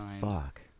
fuck